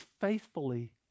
faithfully